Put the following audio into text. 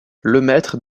lemaître